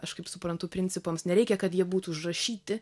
aš kaip suprantu principams nereikia kad jie būtų užrašyti